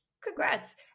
Congrats